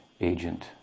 agent